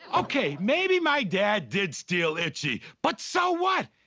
okay, maybe my dad did steal itchy, but so what?